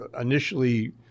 initially